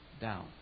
down